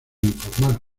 informal